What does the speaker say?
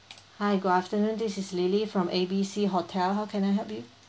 hi good afternoon this is lily from A B C hotel how can I help you